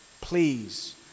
Please